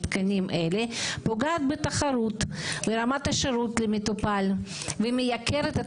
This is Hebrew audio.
הניתוח מבין שני מוסדות רפואיים לפחות שאינם מוחזקים